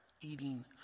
eating